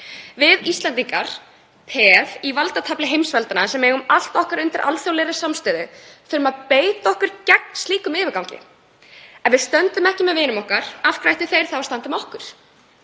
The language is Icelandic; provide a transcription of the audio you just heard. Við Íslendingar, peð í valdatafli heimsveldanna, sem eigum allt okkar undir alþjóðlegri samstöðu, þurfum að beita okkur gegn slíkum yfirgangi. Ef við stöndum ekki með vinum okkar, af hverju ættu þeir þá að standa með okkur?